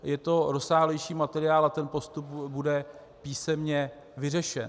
Je to rozsáhlejší materiál a ten postup bude písemně vyřešen.